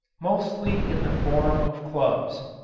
mostly in the form of clubs.